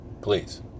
Please